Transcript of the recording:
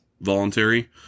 voluntary